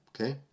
Okay